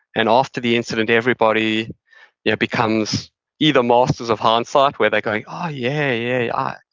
and after the incident, everybody yeah becomes either masters of hindsight where they're going, oh yeah, yeah,